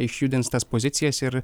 išjudins tas pozicijas ir